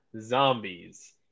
zombies